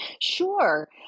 Sure